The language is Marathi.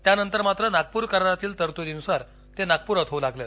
त्यानंतर मात्र नागपूर करारातील तरतुदीनुसार ते नागपुरात होऊ लागल